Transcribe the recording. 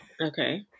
Okay